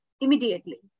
immediately